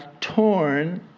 torn